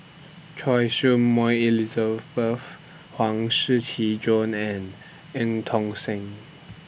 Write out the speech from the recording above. Choy Su Moi Elizabeth Huang Shiqi Joan and EU Tong Sen